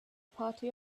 party